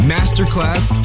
Masterclass